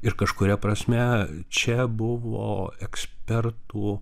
ir kažkuria prasme čia buvo ekspertų